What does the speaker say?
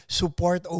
support